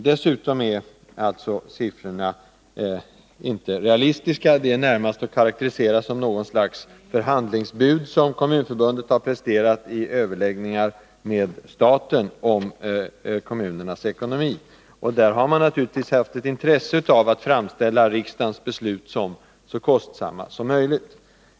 Dessutom är siffrorna inte realistiska. De kan närmast karakteriseras som ett förhandlingsbud som Kommunförbundet har presenterat i överläggningar med staten om kommunernas ekonomi. Där har man naturligtvis haft ett intresse av att framställa riksdagens beslut som så kostsamma som möjligt.